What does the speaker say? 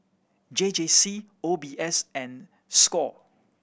J J C O B S and score